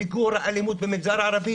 מיגור האלימות במגזר הערבי,